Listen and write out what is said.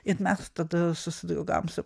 ir mes tada jau susidraugavome su